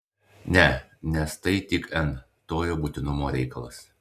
ne nes tai tik n tojo būtinumo reikalas